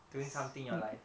doing something in your life